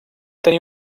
tenir